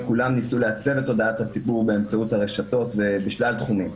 כולם ניסו לייצר את תודעת הציבור באמצעות הרשתות בשלל תחומים.